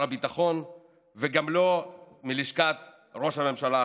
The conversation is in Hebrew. הביטחון וגם לא מלשכת ראש הממשלה החלופי.